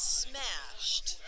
smashed